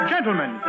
Gentlemen